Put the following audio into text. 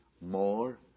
more